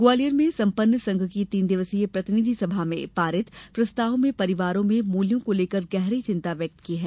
ग्वालियर में संपन्न संघ की तीन दिवसीय प्रतिनिधि सभा में पारित प्रस्ताव में परिवारों में मूल्यों को लेकर गहरी चिंता व्यक्त की है